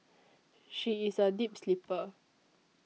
she is a deep sleeper